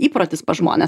įprotis pas žmones